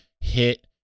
hit